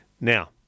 Now